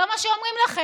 לא מה שאומרים לכם.